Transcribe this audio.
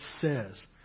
says